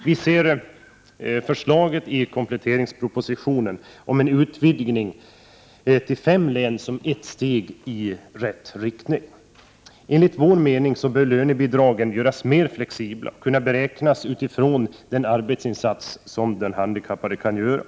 Vi ser förslaget i kompletteringspropositionen om en utvidgning till fem län som ett steg i rätt riktning. Enligt vår mening bör lönebidragen göras mer flexibla och kunna beräknas utifrån den arbetsinsats som den handikappade kan göra.